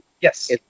Yes